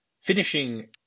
finishing